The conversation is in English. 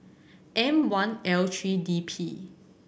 M One L three D P